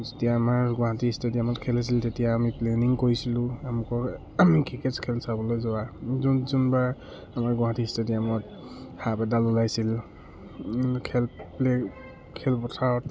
যেতিয়া আমাৰ গুৱাহাটী ষ্টেডিয়ামত খেল আছিল তেতিয়া আমি প্লেনিং কৰিছিলোঁ আমাক ক্ৰিকেট খেল চাবলৈ যোৱা যোন যোনবাৰ আমাৰ গুৱাহাটী ষ্টেডিয়ামত সাপ এডাল ওলাইছিল খেল প্লে' খেলপথাৰত